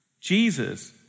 Jesus